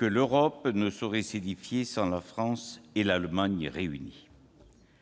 l'Europe ne saurait s'édifier sans la France et l'Allemagne réunies.